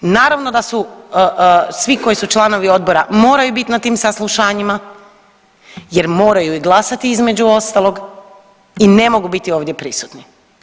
Naravno da su svi koji su članovi odbora moraju bit na tim saslušanjima, jer moraju i glasati između ostalog i ne mogu biti ovdje prisutni.